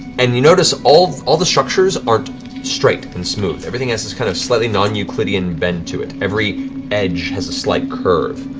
and you notice all all the structures aren't straight and smooth. everything has this kind of slightly non-euclidean bend to it. every edge has a slight curve.